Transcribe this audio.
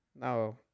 No